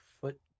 foot